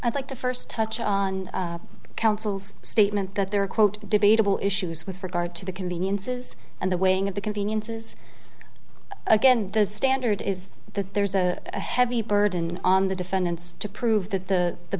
i'd like to first touch on counsel's statement that there are quote debatable issues with regard to the conveniences and the weighing of the conveniences again the standard is that there's a heavy burden on the defendants to prove that the the